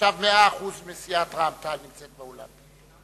עכשיו 100% סיעת רע"ם-תע"ל נמצאים באולם.